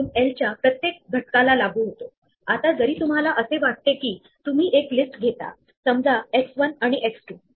आता रिकामे brace notation आधीच वापरले आहे जर आपण रिकाम्या शब्दकोश साठी एक रिकामा सेट तयार केला तर आपल्याला खालील प्रमाणे सेट फंक्शन कॉल करावे लागेल